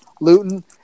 Luton